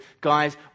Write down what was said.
Guys